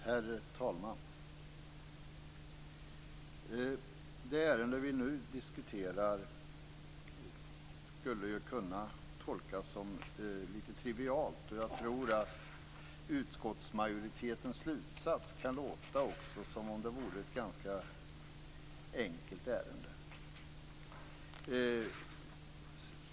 Herr talman! Det ärende som vi nu diskuterar skulle kunna tolkas som litet trivialt. Jag tror att utskottsmajoritetens slutsats också kan låta som om det vore ett ganska enkelt ärende.